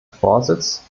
vorsitz